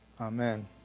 Amen